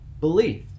belief